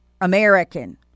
American